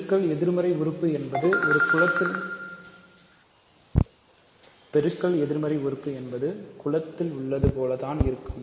பெருக்கல் எதிர்மறை உறுப்பு என்பது குலத்தில் உள்ளது போலத்தான் இருக்கும்